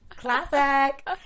Classic